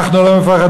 אנחנו לא מפחדים,